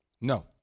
No